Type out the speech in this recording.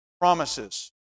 promises